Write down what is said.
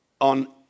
On